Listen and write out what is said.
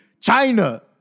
China